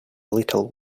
little